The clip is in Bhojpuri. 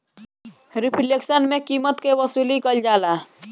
रिफ्लेक्शन में कीमत के वसूली कईल जाला